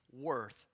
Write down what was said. worth